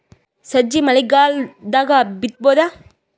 ಸಜ್ಜಿ ಮಳಿಗಾಲ್ ದಾಗ್ ಬಿತಬೋದ?